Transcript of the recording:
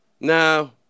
now